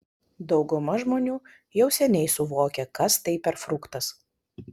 dauguma žmonių jau seniai suvokė kas tai per fruktas